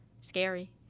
Scary